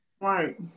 right